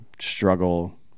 struggle